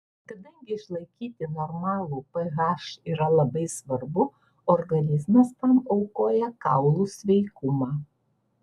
kadangi išlaikyti normalų ph yra labai svarbu organizmas tam aukoja kaulų sveikumą